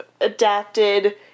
adapted